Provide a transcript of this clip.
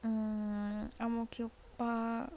mm ang mo kio park